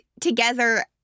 together